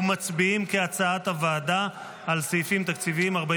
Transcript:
ומצביעים כהצעת הוועדה על סעיפים תקציביים 45,